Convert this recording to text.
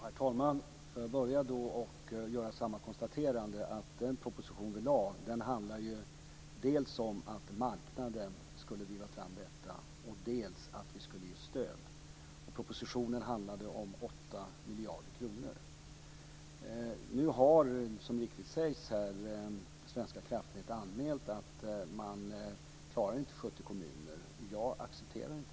Herr talman! Jag vill först göra samma konstaterande, nämligen att den proposition som vi lade fram handlade dels om att marknaden skulle driva fram en utbyggnad, dels om att vi skulle ge stöd till detta. Svenska Kraftnät har nu, som här mycket riktigt har sagts, anmält att man inte klarar kraven i 70 kommuner. Jag accepterar inte det.